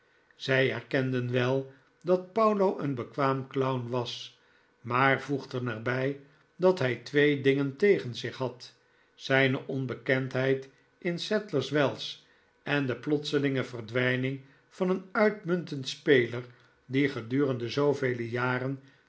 zij erkenden wel dat paulo een bekwaam clown was maar voegden er bij dat hij twee dingen tegen zich had zijne onbekendheid in sadlerswells en de plotselinge verdwijning van een uitmuntend speler die gedurende zoovele jaren